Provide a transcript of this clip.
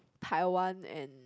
Taiwan and